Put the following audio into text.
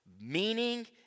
meaning